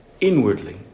inwardly